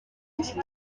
iki